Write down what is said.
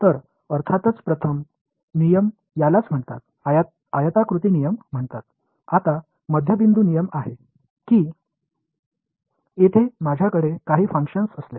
तर अर्थातच प्रथम नियम यालाच म्हणतात आयताकृती नियम म्हणतात हा मध्यबिंदू नियम आहे की येथे माझ्याकडे काही फंक्शन असल्यास